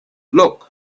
look